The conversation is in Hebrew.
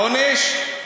העונש?